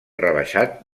rebaixat